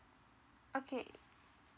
okay